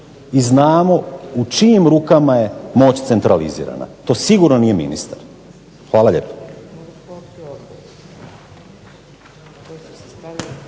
i znamo u čijim rukama je moć centralizirana, to sigurno nije ministar. Hvala lijepo.